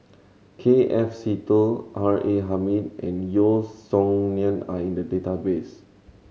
K F Seetoh R A Hamid and Yeo Song Nian are in the database